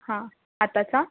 हं आताचा